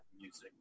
music